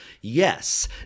Yes